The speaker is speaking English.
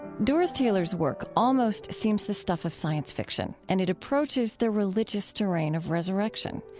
doris taylor's work almost seems the stuff of science fiction and it approaches the religious terrain of resurrection.